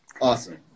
Awesome